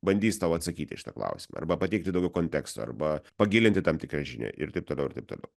bandys tau atsakyti į šitą klausimą arba pateikti daugiau konteksto arba pagilinti tam tikrą žinią ir taip toliau ir taip toliau